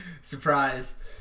Surprise